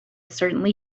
certainly